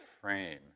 frame